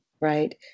right